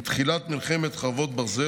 עם תחילת מלחמת חרבות ברזל,